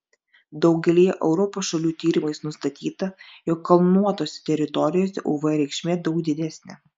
daugelyje europos šalių tyrimais nustatyta jog kalnuotose teritorijose uv reikšmė daug didesnė